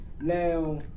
Now